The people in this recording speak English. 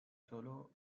solo